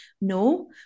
no